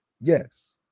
Yes